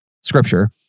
scripture